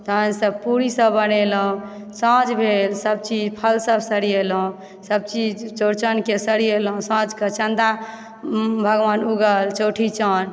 तहन सभ पूरीसभ बनेलहुँ साँझ भेल सभ चीज फलसभ सरिएलहुँ सभ चीज चौरचनके सरिएलहुँ साँझकऽ चन्दा भगवान उगल चौठी चाँद